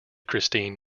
christine